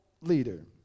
leader